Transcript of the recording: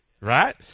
right